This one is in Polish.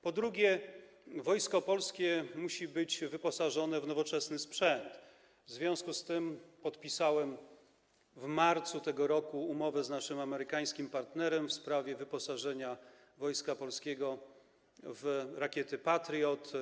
Po drugie, Wojsko Polskie musi być wyposażone w nowoczesny sprzęt, w związku z tym podpisałem w marcu tego roku umowę z naszym amerykańskim partnerem w sprawie wyposażenia Wojska Polskiego w rakiety Patriot.